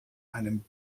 einem